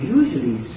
usually